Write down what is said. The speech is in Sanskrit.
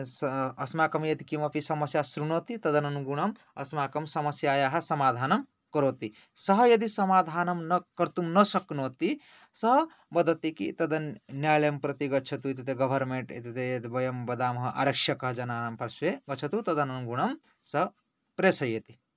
सः अस्माकं यद् किमपि समस्या श्रुणोति तदनुगुणं अस्माकं समस्यायाः समाधानं करोति सः यदि समाधानं न कर्तुं न शक्नोति सः वदति तत् न्यायालयं प्रति गच्छतु इत्यति गवर्मेट् इत्युक्ते यद् वयं वदामः आरक्षका जनानां पार्श्वे गच्छतु तदनुगुणं स प्रेषयति